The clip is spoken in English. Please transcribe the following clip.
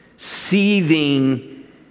seething